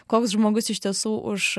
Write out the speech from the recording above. koks žmogus iš tiesų už